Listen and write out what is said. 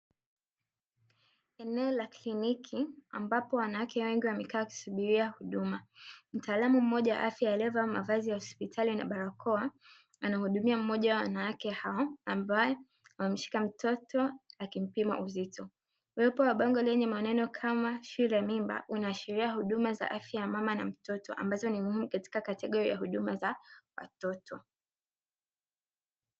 Eneo la kliniki, ambapo wanawake wengi wamekaa kusubiria huduma. Mtaalamu mmoja wa afya aliyevaa mavazi ya hospitali na barakoa, anahudumia mmoja wa wanawake hao ambaye ameshika mtoto akimpima uzito. Uwepo wa bango lenye maneno kama "shule ya mimba", linaashiria huduma za afya ya mama na mtoto, ambazo ni muhimu katika kategori ya huduma za watoto.